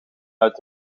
uit